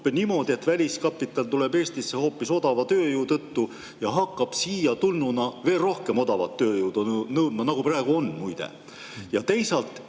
niimoodi, et väliskapital tuleb Eestisse hoopis odava tööjõu tõttu ja hakkab siiatulnuna veel rohkem odavat tööjõudu nõudma – nagu praegu on, muide. Teisalt,